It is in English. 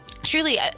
Truly